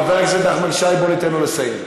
חבר הכנסת נחמן שי, בוא ניתן לו לסיים.